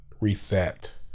reset